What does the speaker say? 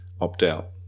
opt-out